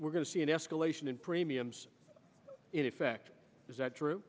we're going to see an escalation in premiums in effect is that true